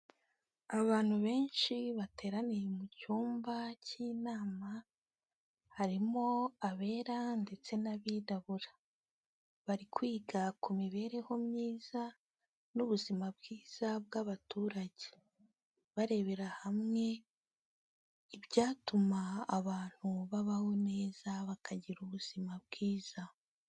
Abantu benshi bateraniye mu cyumba cy'inama, harimo abera ndetse n'abirabura, bari kwiga ku mibereho myiza n'ubuzima bwiza bw'abaturage, barebera hamwe, ibyatuma abantu babaho neza bakagira ubuzima bwiza.